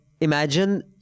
imagine